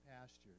pastures